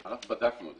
אנחנו בדקנו את